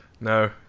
No